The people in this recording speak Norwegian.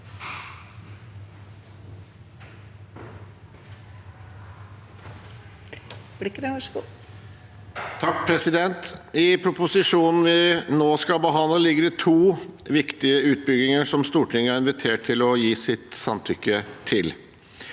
I proposisjonen vi nå skal behandle, ligger det to viktige utbygginger som Stortinget er invitert til å gi sitt samtykke til.